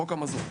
חוק המזון.